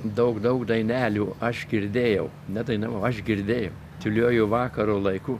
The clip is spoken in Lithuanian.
daug daug dainelių aš girdėjau nedainavau aš girdėjau tyliuoju vakaro laiku